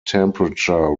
temperature